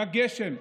בגשם,